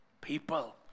People